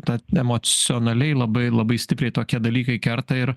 tad emocionaliai labai labai stipriai tokie dalykai kerta ir